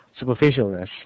superficialness